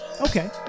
Okay